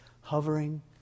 hovering